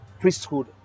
priesthood